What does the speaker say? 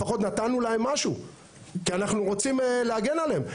לפחות נתנו להם משהו כי אנחנו רוצים להגן עליהם.